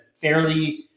fairly